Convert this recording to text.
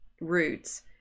roots